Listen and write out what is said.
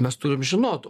mes turim žinot